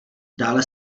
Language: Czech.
dále